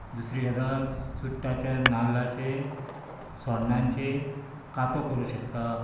दुसरी गजाल चुडटाच्या नाल्लाचे सोडणांचे कातो करूंक शकता